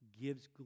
gives